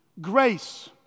Grace